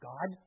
God